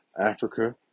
Africa